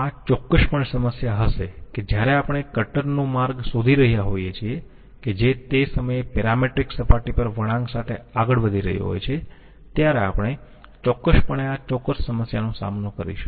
આ ચોક્કસપણે સમસ્યા હશે કે જ્યારે આપણે કટરનો માર્ગ શોધી રહ્યા હોઈયે છીએ કે જે તે સમયે પેરામેટ્રિક સપાટી પર વળાંક સાથે આગળ વધી રહ્યો હોય છે ત્યારે આપણે ચોક્કસપણે આ ચોક્કસ સમસ્યાનો સામનો કરીશું